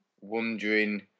wondering